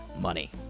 money